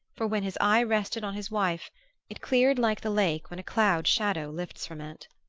for when his eye rested on his wife it cleared like the lake when a cloud-shadow lifts from it.